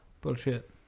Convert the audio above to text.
Bullshit